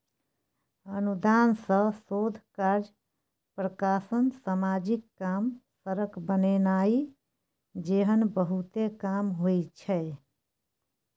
अनुदान सँ शोध कार्य, प्रकाशन, समाजिक काम, सड़क बनेनाइ जेहन बहुते काम होइ छै